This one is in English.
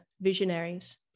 visionaries